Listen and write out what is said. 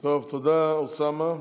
טוב, תודה, אוסאמה.